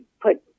put